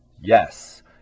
Yes